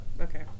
Okay